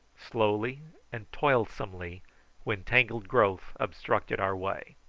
slowly and toilsomely when tangled growth obstructed our way.